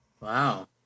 Wow